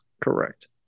correct